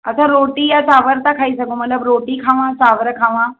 असां रोटी या चांवर ता खाई सघूं मतिलबु रोटी खाइयां चांवर खाइयां